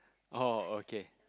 oh okay